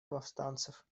повстанцев